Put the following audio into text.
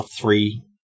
three